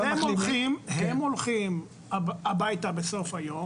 אז הם הולכים הביתה בסוף היום,